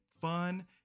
fun